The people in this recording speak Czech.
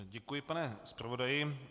Děkuji, pane zpravodaji.